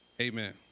amen